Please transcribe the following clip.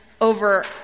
over